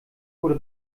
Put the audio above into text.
wurde